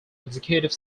executive